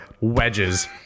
wedges